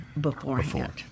beforehand